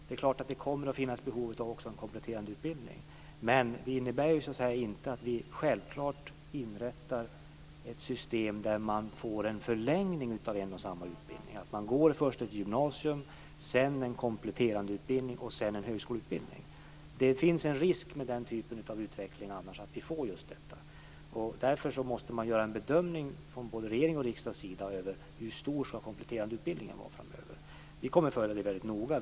Det är klart att det också kommer att finnas behov av en kompletterande utbildning, men det innebär inte att vi självklart inrättar ett system där man får en förlängning av en och samma utbildning, att man först går gymnasiet, sedan en kompletterande utbildning och därefter en högskoleutbildning. Det finns annars en risk för att vi får just den typen av utveckling. Däremot måste man göra en bedömning från både regering och riksdag av hur stor den kompletterande utbildningen skall vara framöver. Vi kommer att följa det väldigt noga.